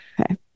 Okay